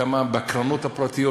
כמה בקרנות הפרטיות,